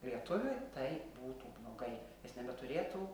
lietuviui tai būtų blogai jis nebeturėtų